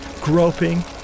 groping